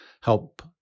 help